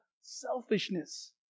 selfishness